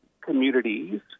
communities